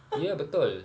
ya betul